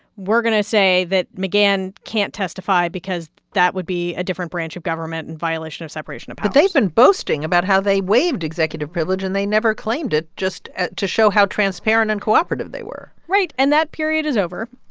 we're going to say that mcgahn can't testify because that would be a different branch of government and violation of separation of powers but they've been boasting about how they waived executive privilege, and they never claimed it just to show how transparent and cooperative they were right. and that period is over